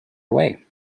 away